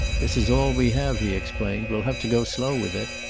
this is all we have, he explained. we'll have to go slow with it.